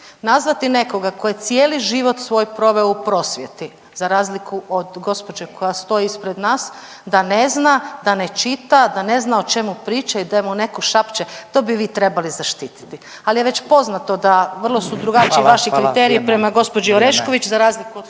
nazvati nekoga tko je cijeli život svoj proveo u prosvjeti, za razliku od gđe. koja stoji ispred nas, da ne zna, da ne čita, da ne zna o čemu priča i da mu netko šapće, to bi vi trebali zaštititi. Ali je već poznato da vrlo su drugačiji vaši kriteriji prema gđi. .../Upadica: Hvala.